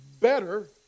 Better